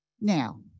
Now